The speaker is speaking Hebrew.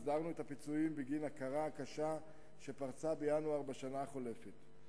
הסדרנו את הפיצויים בגין הקרה הקשה שפרצה בינואר בשנה החולפת,